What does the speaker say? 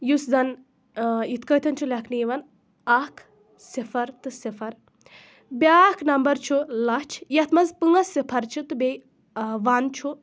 یُس زَن یِتھٕ پٲٹھٮ۪ن چھُ لٮ۪کھنہٕ یِوان اَکھ صِفر تہٕ صِفر بیٛاکھ نمبر چھُ لَچھ یَتھ منٛز پٲنٛژ صِفر چھِ تہٕ بیٚیہِ وَن چھُ